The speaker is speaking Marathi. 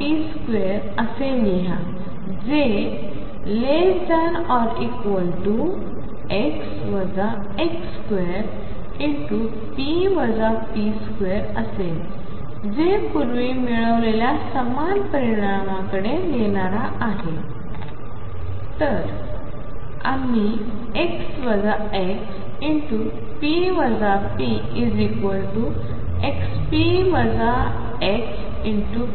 ⟨p⟩2⟩ असे लिहा जे ≤⟨x ⟨x⟩2⟩⟨p ⟨p⟩2⟩असेल जे पूर्वी मिळवलेल्या समान परिणामाकडे नेणारा आहे तर आम्ही ⟨x ⟨x⟩p ⟨p⟩⟩⟨xp⟩ ⟨x⟩⟨p⟩